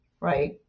right